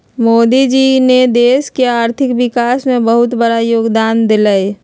मोदी जी ने देश के आर्थिक विकास में बहुत बड़ा योगदान देलय